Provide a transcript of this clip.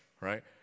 right